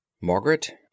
Margaret